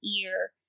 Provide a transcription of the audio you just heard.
ear